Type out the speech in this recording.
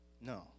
No